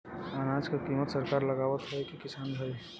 अनाज क कीमत सरकार लगावत हैं कि किसान भाई?